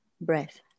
breath